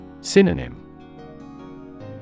Synonym